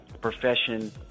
profession